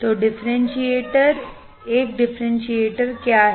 तोडिफरेंशिएटर एक डिफरेंशिएटर क्या है